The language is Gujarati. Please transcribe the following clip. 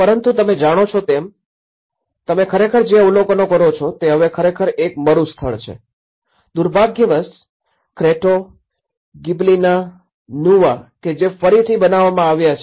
પરંતુ તમે જાણો છો તેમ તમે ખરેખર જે અવલોકન કરો છો તે હવે ખરેખર એક મરુસ્થળ છે દુર્ભાગ્યવશ ક્રેટો અને ગિબિલીના નુવા કે જે ફરીથી બનાવવામાં આવ્યા છે